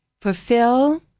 fulfill